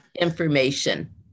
information